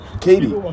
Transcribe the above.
Katie